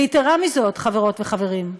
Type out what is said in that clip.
ויתרה מזו, חברות וחברים,